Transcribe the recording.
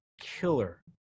killer